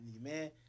man